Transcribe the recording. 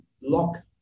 lock